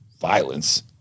violence